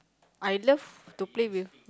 I love to play with